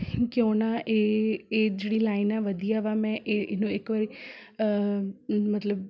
ਕਿਉਂ ਨਾ ਇਹ ਇਹ ਜਿਹੜੀ ਲਾਈਨ ਆ ਵਧੀਆ ਵਾ ਮੈਂ ਇਹਨੂੰ ਇੱਕ ਵਾਰੀ ਮਤਲਬ